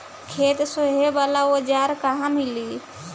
खेत सोहे वाला औज़ार कहवा मिली?